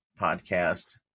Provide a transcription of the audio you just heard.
podcast